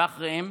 ואחריהם